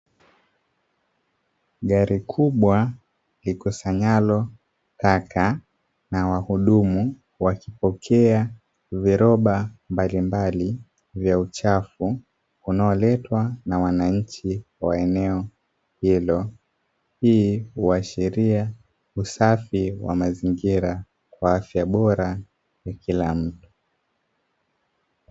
Gari kubwa likusanyalo taka na wahudumu wakipokea viroba mbalimbali vya uchafu unaoletwa na wananchi wa eneo hilo, hii uhashiria usafi wa mazingira kwa afya bora kwa kila mtu.